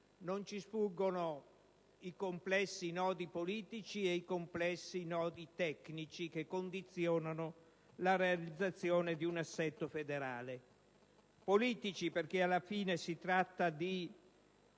Non ci sfuggono i complessi nodi politici e tecnici che condizionano la realizzazione di un assetto federale: politici, perché alla fine si tratta di